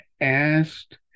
asked